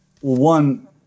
one